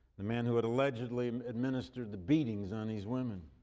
the man who had allegedly administered the beatings on these women.